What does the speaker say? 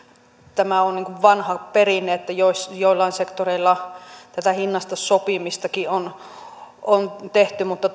tämä on niin kuin vanha perinne että joillain sektoreilla tätä hinnasta sopimistakin on on tehty mutta